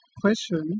question